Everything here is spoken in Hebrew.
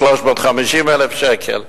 350,000 שקל.